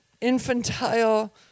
infantile